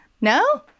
no